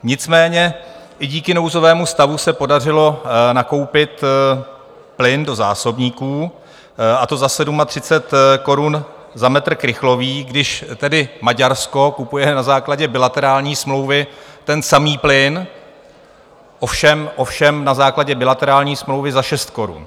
Nicméně i díky nouzovému stavu se podařilo nakoupit plyn do zásobníků, a to za 37 korun za metr krychlový, když Maďarsko kupuje na základě bilaterální smlouvy ten samý plyn, ovšem na základě bilaterální smlouvy, za 6 korun.